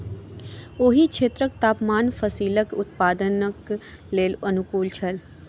ओहि क्षेत्रक तापमान फसीलक उत्पादनक लेल अनुकूल छल